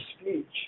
speech